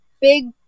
big